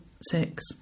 six